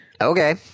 okay